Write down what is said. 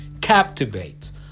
captivates